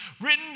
written